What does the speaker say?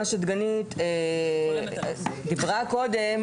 מה שדגנית דיברה עליו קודם,